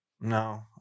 No